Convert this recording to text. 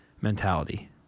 mentality